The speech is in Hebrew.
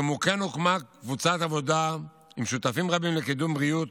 כמו כן הוקמה קבוצת עבודה עם שותפים רבים לקידום בריאות,